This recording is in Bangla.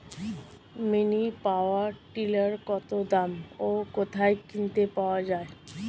মিনি পাওয়ার টিলার কত দাম ও কোথায় কিনতে পাওয়া যায়?